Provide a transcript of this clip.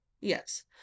yes